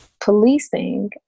policing